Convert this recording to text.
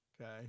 Okay